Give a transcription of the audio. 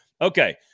Okay